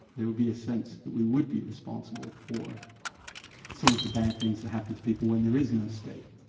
there would be a sense that we would be responsible for some of the bad things that happen to people when there is no state.